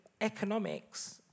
economics